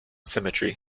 symmetry